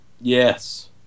Yes